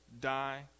die